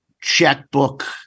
checkbook